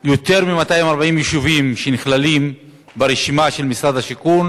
יותר מ-240 יישובים שנכללים ברשימה של משרד השיכון,